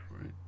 right